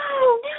no